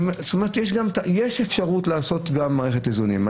זאת אומרת שיש אפשרות לעשות גם מערכת איזונים.